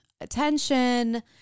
attention